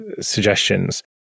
suggestions